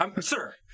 sir